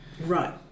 right